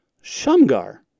Shamgar